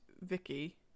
Vicky